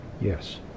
Yes